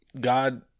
God